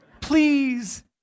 Please